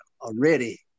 already